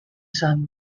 son